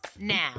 Now